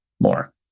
more